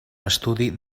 estudi